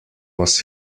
was